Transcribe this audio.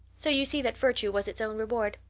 so you see that virtue was its own reward.